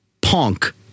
punk